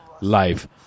life